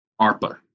ARPA